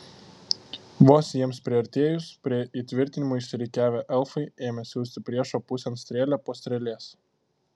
vos jiems priartėjus prie įtvirtinimų išsirikiavę elfai ėmė siųsti priešo pusėn strėlę po strėlės